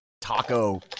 Taco